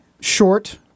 short